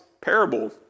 parable